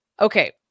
Okay